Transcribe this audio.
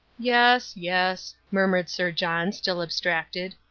yes, yes, murmured sir john, still abstracted,